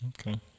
okay